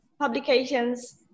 publications